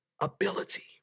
ability